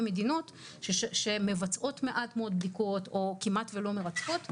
מדינות שמבצעות מעט מאוד בדיקות או כמעט ולא מבצעות.